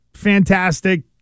Fantastic